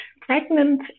pregnant